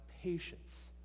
patience